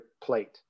plate